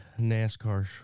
NASCAR